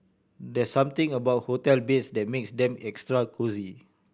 there something about hotel beds that makes them extra cosy